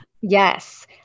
Yes